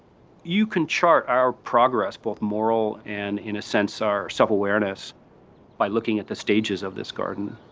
you can chart our progress, both moral, and in a sense, our self-awareness by looking at the stages of this garden.